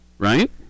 Right